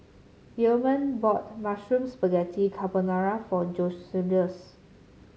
Gilman bought Mushroom Spaghetti Carbonara for Joseluis